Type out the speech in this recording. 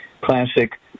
classic